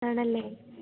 ആണല്ലേ